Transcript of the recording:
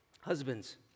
Husbands